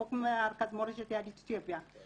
חוק מרכז מורשת יהדות אתיופיה,